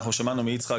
שמענו מיצחק,